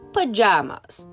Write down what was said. Pajamas